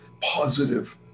positive